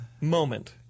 moment